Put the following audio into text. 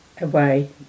away